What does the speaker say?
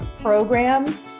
programs